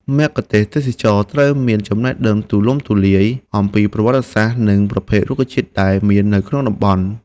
មគ្គុទ្ទេសក៍ទេសចរណ៍ត្រូវមានចំណេះដឹងទូលំទូលាយអំពីប្រវត្តិសាស្ត្រ និងប្រភេទរុក្ខជាតិដែលមាននៅក្នុងតំបន់។